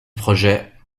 projet